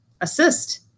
assist